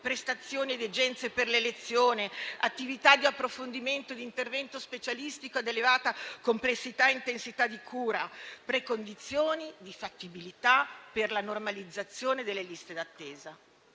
prestazioni e degenze per l'elezione, attività di approfondimento e di intervento specialistico ad elevata complessità e intensità di cura, precondizioni di fattibilità per la normalizzazione delle liste d'attesa.